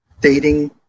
dating